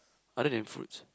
other than fruits